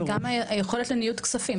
גם על היכולת לניהול כספים,